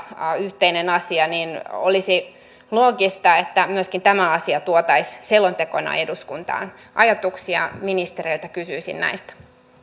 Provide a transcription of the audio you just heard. yhteinen asia olisi loogista että myöskin tämä asia tuotaisiin selontekona eduskuntaan ajatuksia ministereiltä kysyisin näistä